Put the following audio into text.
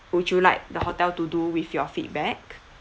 would you like the hotel to do with your feedback